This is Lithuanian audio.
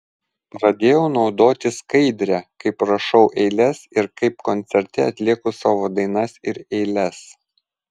pradėjau naudoti skaidrę kaip rašau eiles ir kaip koncerte atlieku savo dainas ir eiles